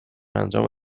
انجام